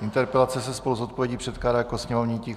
Interpelace se spolu s odpovědí předkládá jako sněmovní tisk